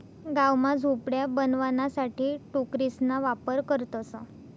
गाव मा झोपड्या बनवाणासाठे टोकरेसना वापर करतसं